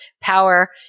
power